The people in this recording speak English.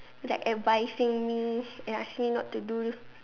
like advising me and asking me not to do